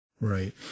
Right